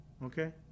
Okay